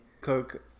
cook